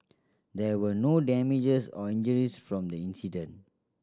there were no damages or injuries from the incident